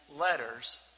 letters